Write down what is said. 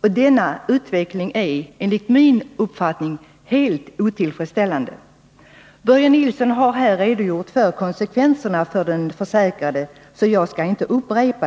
Denna utveckling är enligt min uppfattning helt otillfredsställande. Börje Nilsson har här redogjort för konsekvenserna för de försäkrade, så jag skall inte upprepa dem.